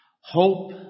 Hope